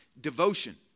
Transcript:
devotion